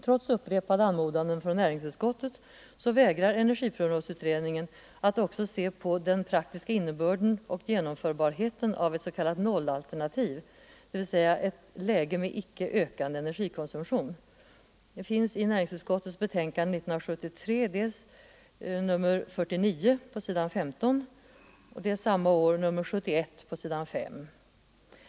Trots upprepade anmodanden från näringsutskottet vägrar energiprognosutredningen att också se på den praktiska innebörden och genomförbarheten av ett s.k. nollalternativ, dvs. ett läge med icke ökande energikonsumtion. Dessa uppmaningar finns i näringsutskottets betänkande nr 49 s. 15 och nr 71 s. 5 år 1973.